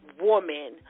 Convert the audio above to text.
woman